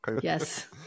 Yes